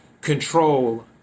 control